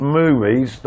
movies